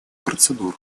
процедур